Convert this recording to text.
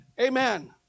Amen